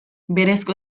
berezko